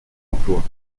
l’emploi